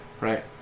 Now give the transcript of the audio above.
Right